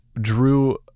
drew